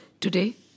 Today